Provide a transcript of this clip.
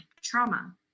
trauma